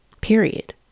period